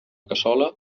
cassola